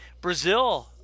Brazil